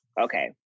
okay